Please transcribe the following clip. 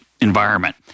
environment